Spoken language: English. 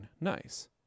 Nice